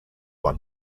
won